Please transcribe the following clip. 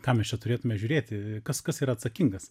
ką mes čia turėtume žiūrėti kas kas yra atsakingas